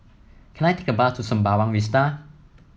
can I take a bus to Sembawang Vista